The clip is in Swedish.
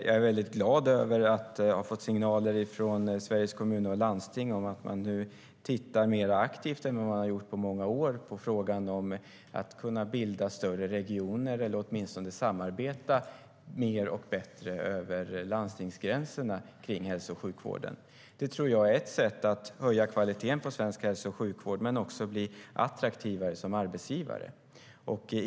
Jag är glad över signalerna från Sveriges Kommuner och Landsting om att de tittar mer aktivt än på många år på möjligheten att bilda större regioner eller åtminstone att kunna samarbeta mer och på ett bättre sätt över landstingsgränserna vad gäller hälso och sjukvård. Det tror jag är ett sätt att höja kvaliteten på svensk hälso och sjukvård men också ett sätt att bli attraktivare som arbetsgivare.